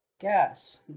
Gas